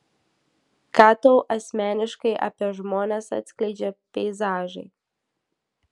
ką tau asmeniškai apie žmones atskleidžia peizažai